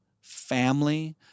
family